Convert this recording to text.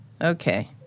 Okay